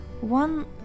one